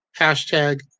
hashtag